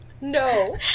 No